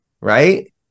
Right